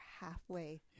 halfway